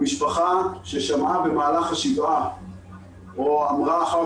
המשפחה ששמעה במהלך השבעה או אמרה אחר